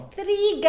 three